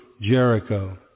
Jericho